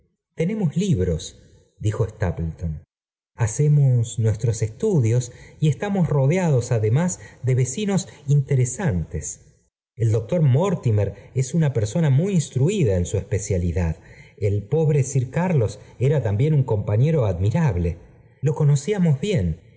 libros dijo stapleton hacemos nuestros estudios y estamos rodeados además de vecinos interesantes el doctor mortimer es una persona muy instruida en su especialidad el por ir ar ls er también un compañero admira fiamos bien